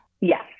Yes